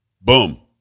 Boom